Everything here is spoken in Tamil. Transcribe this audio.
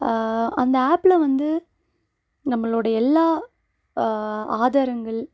அந்த ஆப்பில் வந்து நம்மளுடைய எல்லா ஆதாரங்கள்